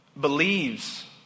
Believes